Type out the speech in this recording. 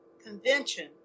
Convention